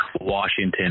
washington